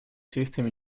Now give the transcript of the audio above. system